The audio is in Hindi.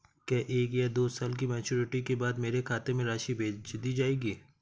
क्या एक या दो साल की मैच्योरिटी के बाद मेरे खाते में राशि भेज दी जाएगी?